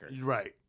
Right